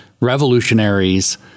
revolutionaries